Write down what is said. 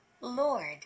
Lord